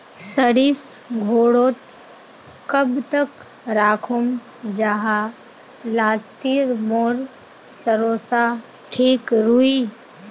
सरिस घोरोत कब तक राखुम जाहा लात्तिर मोर सरोसा ठिक रुई?